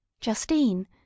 Justine